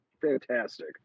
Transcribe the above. fantastic